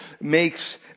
makes